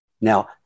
Now